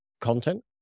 content